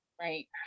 right